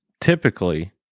typically